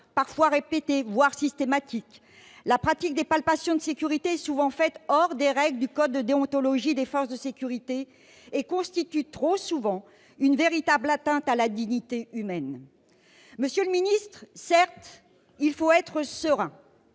parfois répétés, voire systématiques. Les palpations de sécurité sont souvent faites hors des règles du code de déontologie des forces de sécurité, et s'apparentent trop fréquemment à une véritable atteinte à la dignité humaine. Monsieur le ministre, certes, il faut rester serein,